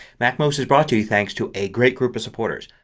macmost is brought to you thanks to a great group of supporters.